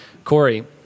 Corey